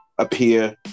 appear